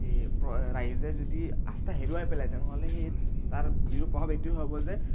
ৰাইজে যদি আস্থা হেৰুৱাই পেলায় তেনেহ'লে সেই তাৰ বিৰূপ প্ৰভাৱ এইটোয়ে হ'ব যে